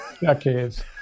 decades